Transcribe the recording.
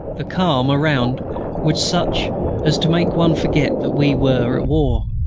the calm around was such as to make one forget that we were at war.